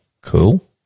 Cool